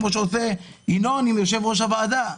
כפי שעושה ינון אזולאי עם יושב-ראש הוועדה: